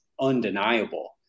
undeniable